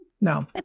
no